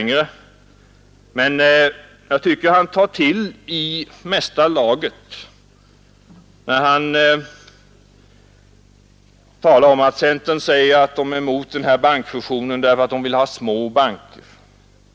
Jag tycker emellertid att han tar till i starkaste laget när han talar om att centern säger att den är emot den här bankfusionen, därför att centern vill ha små banker.